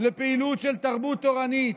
לפעילות של תרבות תורנית,